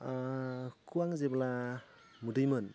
सिगां जेब्ला उन्दैमोन